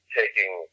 taking